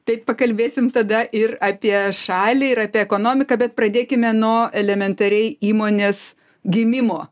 tai pakalbėsime tada ir apie šalį ir apie ekonomiką bet pradėkime nuo elementariai įmonės gimimo